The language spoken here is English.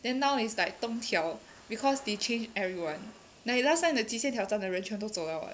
then now is like 东挑 because they change everyone like last time the 极限挑战的人全都走了 [what]